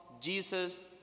Jesus